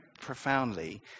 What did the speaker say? profoundly